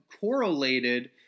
correlated